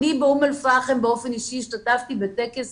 באום אל פאחם אני באופן אישי השתתפתי בטקס